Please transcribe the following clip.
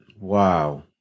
Wow